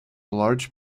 large